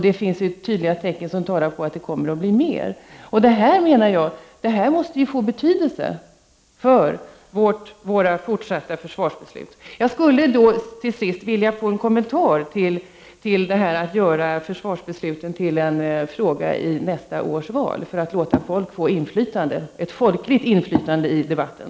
Det finns tydliga tecken som tyder på att det kommer att bli mer. Det här måste få betydelse, menar jag, för våra fortsatta försvarsbeslut. Till sist skulle jag vilja ha en kommentar till det jag sade om att göra försvarsbeslutet till en fråga i nästa års val för att låta folk få inflytande, ett folkligt inflytande på försvaret.